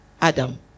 Adam